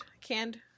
Canned